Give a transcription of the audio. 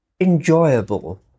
enjoyable